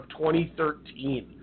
2013